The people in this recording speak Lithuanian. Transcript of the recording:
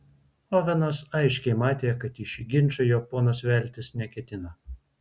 ovenas aiškiai matė kad į šį ginčą jo ponas veltis neketina